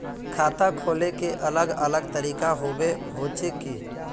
खाता खोले के अलग अलग तरीका होबे होचे की?